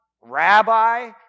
Rabbi